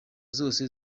zose